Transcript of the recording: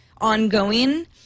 ongoing